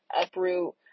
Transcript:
uproot